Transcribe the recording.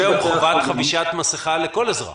יש היום חבישת מסיכה לכל אזרח